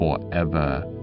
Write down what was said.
forever